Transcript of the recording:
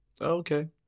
Okay